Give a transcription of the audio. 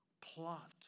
plot